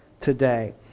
today